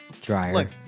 dryer